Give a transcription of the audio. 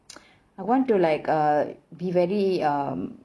I want to like uh be very um